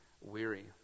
weary